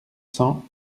cents